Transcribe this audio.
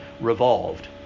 revolved